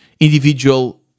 individual